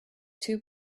two